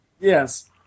Yes